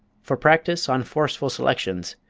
for practise on forceful selections,